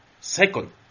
Second